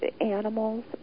animals